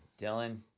Dylan